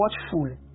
watchful